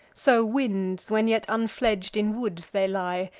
so winds, when yet unfledg'd in woods they lie,